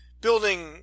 building